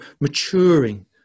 maturing